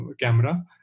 camera